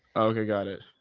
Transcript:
okay. got it.